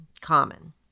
common